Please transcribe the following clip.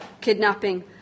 kidnapping